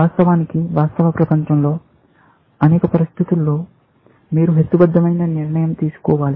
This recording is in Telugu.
వాస్తవానికి వాస్తవ ప్రపంచంలో అనేక పరిస్థితులలో మీరు హేతుబద్ధమైన నిర్ణయం తీసుకోవాలి